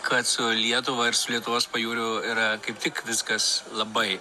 kad su lietuva ir su lietuvos pajūriu yra kaip tik viskas labai